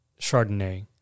Chardonnay